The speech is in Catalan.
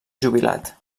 jubilat